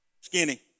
skinny